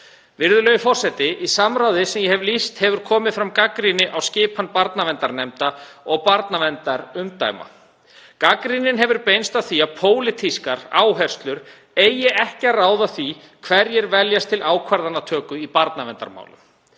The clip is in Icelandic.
Virðulegur forseti. Í samráði sem ég hef lýst hefur komið fram gagnrýni á skipan barnaverndarnefnda og barnaverndarumdæma. Gagnrýnin hefur beinst að því að pólitískar áherslur eigi ekki að ráða því hverjir veljast til ákvarðanatöku í barnaverndarmálum.